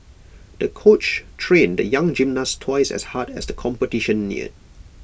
the coach trained the young gymnast twice as hard as the competition neared